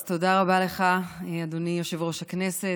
אז תודה רבה לך, אדוני יושב-ראש הכנסת.